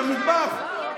את המטבח,